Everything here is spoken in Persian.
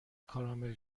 کارامل